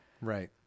Right